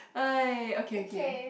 uh okay okay